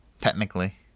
Technically